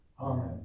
Amen